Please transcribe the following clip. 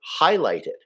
highlighted